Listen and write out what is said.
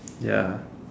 ya